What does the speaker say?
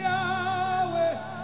Yahweh